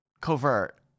covert